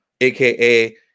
Aka